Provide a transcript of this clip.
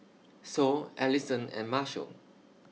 Sol Ellison and Marshal